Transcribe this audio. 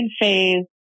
phase